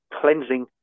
cleansing